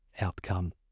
outcome